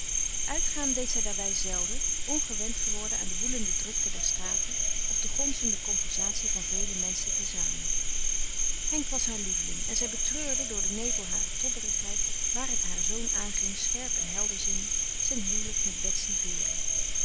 uitgaan deed zij daarbij zelden ongewend geworden aan de woelende drukte der straten of de gonzende conversatie van vele menschen te zamen henk was haar lieveling en zij betreurde door den nevel harer tobberigheid waar het haar zoon aanging scherp en helder ziende zijn huwelijk met